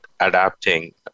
Adapting